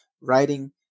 writing